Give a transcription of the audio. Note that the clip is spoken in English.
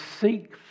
seek